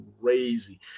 crazy